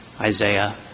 Isaiah